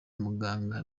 muganga